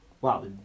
wow